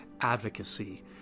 advocacy